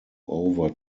over